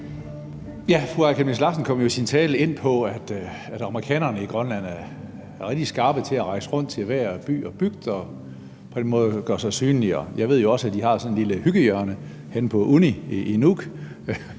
Fru Aaja Chemnitz Larsen kom jo i sin tale ind på, at amerikanerne i Grønland er rigtig skarpe til at rejse rundt til hver by og bygd og på den måde gøre sig synligere. Jeg ved jo også, at de har sådan et lille hyggehjørne henne på universitetet